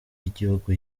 igihugu